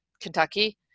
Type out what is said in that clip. Kentucky